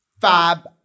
fab